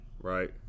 Right